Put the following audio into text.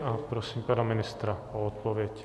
A prosím pana ministra o odpověď.